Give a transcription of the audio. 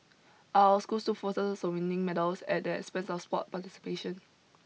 are our schools too focused on winning medals at the expense of sport participation